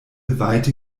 weite